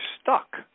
stuck